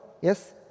Yes